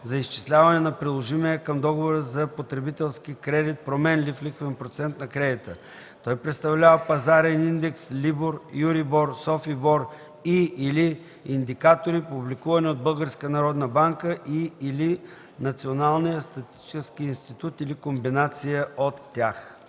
за изчисляване на приложимия към договора за потребителски кредит променлив лихвен процент по кредита. Той представлява пазарен индекс LIBOR, EURIBOR, SOFIBOR и/или индикатори, публикувани от Българската народна банка и/или Националния статистически институт, или комбинация от тях.”